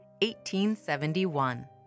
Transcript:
1871